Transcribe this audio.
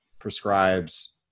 prescribes